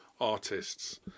artists